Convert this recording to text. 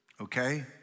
Okay